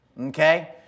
okay